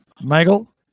michael